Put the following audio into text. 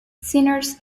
sinners